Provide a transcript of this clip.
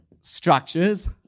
structures